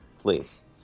please